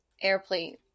Airplane